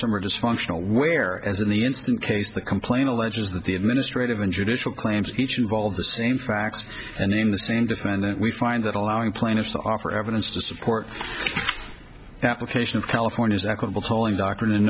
or dysfunctional where as in the instant case the complaint alleges that the administrative and judicial claims each involved the same facts and in the same dependent we find that allowing plaintiffs to offer evidence to support application of california's equitable polling doctrine in